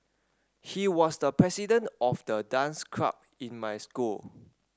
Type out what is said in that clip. he was the president of the dance club in my school